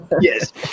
Yes